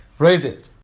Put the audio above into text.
raise it!